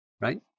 right